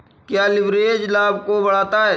क्या लिवरेज लाभ को बढ़ाता है?